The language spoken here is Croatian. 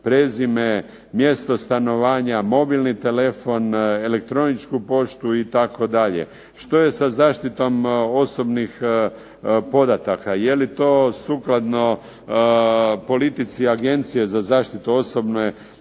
prezime, mjesto stanovanja, mobilni telefon, elektroničku poštu, itd. Što je sa zaštitom osobnih podataka? Je li to sukladno politici Agencije za zaštitu osobnih podataka